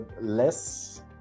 less